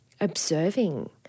observing